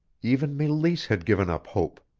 even meleese had given up hope.